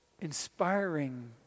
inspiring